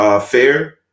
Fair